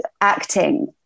acting